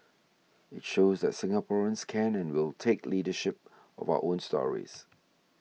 it shows that Singaporeans can and will take leadership of our own stories